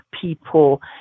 people